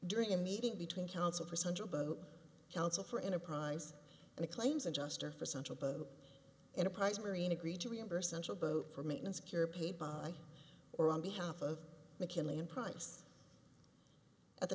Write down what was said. during a meeting between council for central boat council for enterprise and a claims adjuster for central enterprise marine agreed to reimburse central boat for maintenance care paid by or on behalf of mckinley and price at the